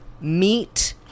meat